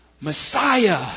Messiah